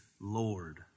Lord